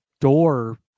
door